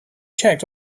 checked